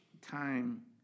time